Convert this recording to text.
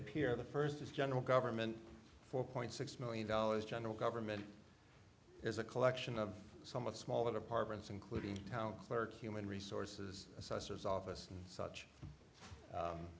appear the first is general government four point six million dollars general government is a collection of some of small apartments including town clerk human resources assessor's office and such